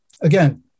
again